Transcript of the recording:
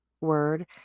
word